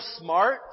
smart